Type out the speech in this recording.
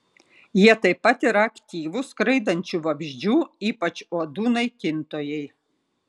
jie taip pat yra aktyvūs skraidančių vabzdžių ypač uodų naikintojai